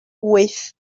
wyth